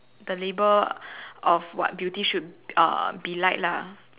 the label of what beauty should uh be like lah